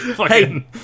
hey